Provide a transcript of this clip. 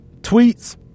tweets